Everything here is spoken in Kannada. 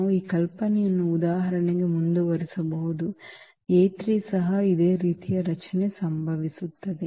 ನಾವು ಈ ಕಲ್ಪನೆಯನ್ನು ಉದಾಹರಣೆಗೆ ಮುಂದುವರಿಸಬಹುದು ಸಹ ಇದೇ ರೀತಿಯ ರಚನೆ ಸಂಭವಿಸುತ್ತದೆ